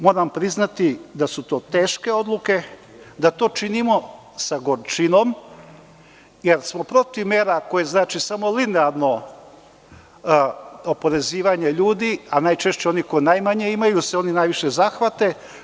Moram priznati da su to teške odluke, da to činimo sa gorčinom, jer smo protiv mera koje znače samo linearno oporezivanje ljudi, a najčešće onih koji najmanje imaju, jer se oni najviše zahvate.